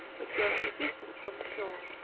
which were at a distance from the shore,